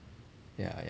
ya